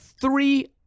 three